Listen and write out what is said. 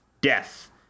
death